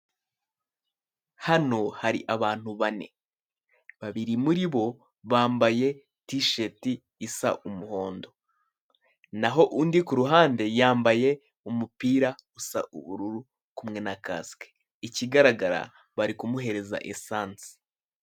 Hano hari abantu bane, babiri muri bo bambaye t-shirt isa umuhondo, naho undi kuruhande yambaye umupira usa ubururu kumwe na kasike, ikigaragara bari kumuhereza esanse.